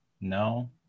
No